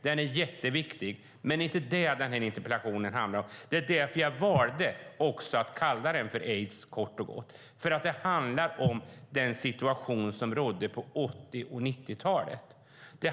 Den är jätteviktig, men det är inte det den här interpellationen handlar om. Det var också därför jag valde att kalla den för aids kort och gott. Det handlar om den situation som rådde på 80 och 90 talen.